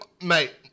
mate